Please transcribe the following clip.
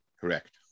Correct